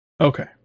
Okay